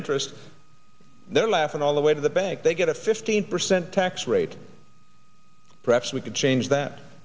interest they're laughing all the way to the bank they get a fifteen percent tax rate perhaps we could change that